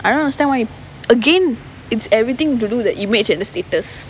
I don't understand why again it's everything to do with the image and the status